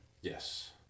Yes